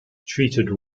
treated